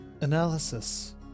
Analysis